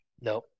No